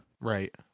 Right